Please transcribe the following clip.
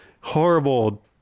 horrible